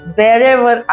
wherever